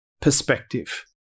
Perspective